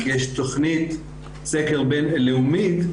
כי יש תוכנית סקר בין לאומית,